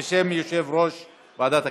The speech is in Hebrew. בשם יושב-ראש ועדת הכנסת.